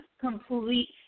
complete